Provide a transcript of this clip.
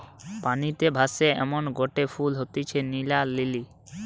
পানিতে ভাসে এমনগটে ফুল হতিছে নীলা লিলি